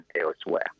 elsewhere